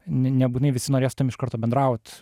ne nebūtinai visi norės su tavim iš karto bendraut